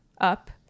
up